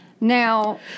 Now